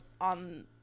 on